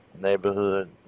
neighborhood